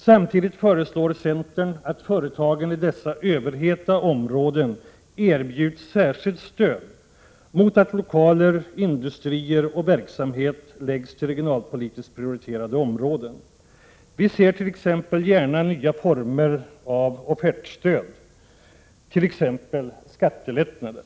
Centern föreslår samtidigt att företagen i dessa överhettade områden skall erbjudas ett särskilt stöd under förutsättning att lokaler, industrier och verksamhet förläggs till regionalpolitiskt prioriterade områden. Vi ser gärna att nya former av offertstöd prövas, t.ex. skattelättnader.